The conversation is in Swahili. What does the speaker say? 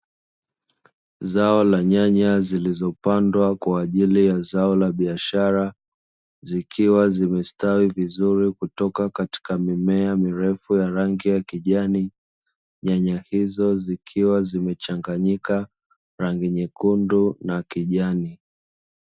Zao la nyanya zilizopandwa kwa ajili ya zao la biashara, zikiwa zimestawi vizuri kutoka katika mimea mirefu ya rangi ya kijani. Nyanya hizo zikiwa zimechanganyika rangi nyekundu na kijani.